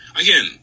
Again